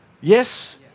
yes